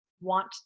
want